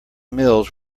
mills